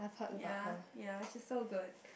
yea yea she so good